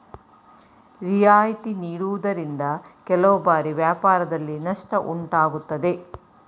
ರಿಯಾಯಿತಿ ನೀಡುವುದರಿಂದ ಕೆಲವು ಬಾರಿ ವ್ಯಾಪಾರದಲ್ಲಿ ನಷ್ಟ ಉಂಟಾಗುತ್ತದೆ